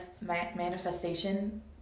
manifestation